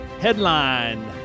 Headline